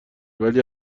ولی